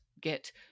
get